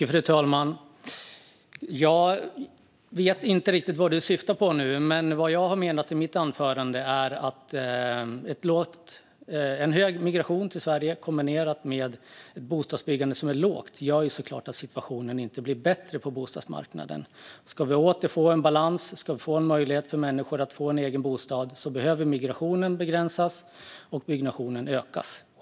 Fru talman! Jag vet inte riktigt vad Joakim Järrebring syftar på, men vad jag menade i mitt anförande är att en hög migration till Sverige kombinerat med ett lågt bostadsbyggande självklart inte gör situationen bättre på bostadsmarknaden. Om vi ska återfå en balans och ge människor möjlighet att få en egen bostad behöver migrationen begränsas och byggnationen ökas.